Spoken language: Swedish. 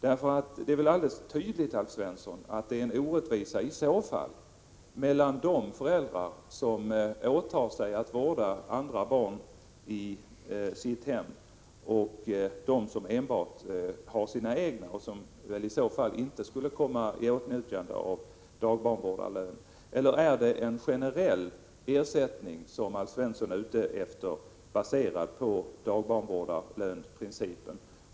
Det är väl alldeles tydligt, Alf Svensson, att det i så fall uppstår en orättvisa mellan de föräldrar som åtar sig att vårda andra barn i sitt hem och dem som enbart har sina egna och som väl i så fall inte skulle komma i åtnjutande av dagbarnvårdarlön. Eller är det en generell ersättning som Alf Svensson är ute efter, baserad på dagbarnvårdarlönprincipen?